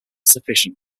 sufficient